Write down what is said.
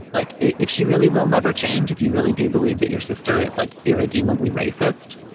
like, if she really will never change, if you really do believe that your sister is like irredeemably racist.